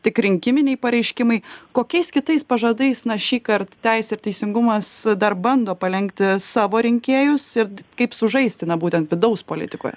tik rinkiminiai pareiškimai kokiais kitais pažadais na šįkart teisė ir teisingumas dar bando palenkti savo rinkėjus ir t kaip sužaisti na būtent vidaus politikoje